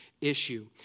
issue